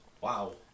Wow